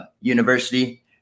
University